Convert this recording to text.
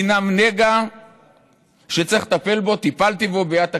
הינן נגע שצריך לטפל בו, טיפלתי בו, ביד תקיפה.